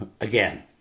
again